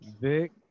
Vic